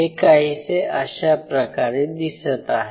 हे काहीसे अशा प्रकारे दिसत आहे